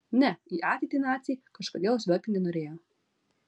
ne į ateitį naciai kažkodėl žvelgti nenorėjo